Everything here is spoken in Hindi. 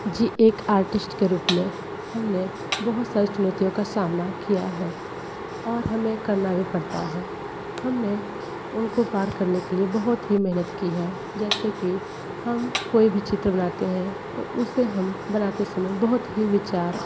जी एक आर्टिस्ट के रूप में हम ने बहुत सारी चुनौतियों का सामना किया है और हमें करना भी पड़ता है हम ने उनको पार करने के लिए बहुत ही मेहनत की है जैसे कि हम कोई भी चित्र बनाते हैं तो उसे हम बनाते समय बहुत ही विचार